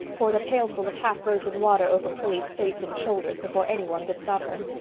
poured a pailful of half frozen water over prillie's face and shoulders before anyone could stop her.